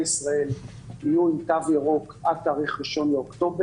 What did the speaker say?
ישראל יהיו עם תו ירוק עד תאריך 1 באוקטובר.